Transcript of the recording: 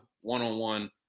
one-on-one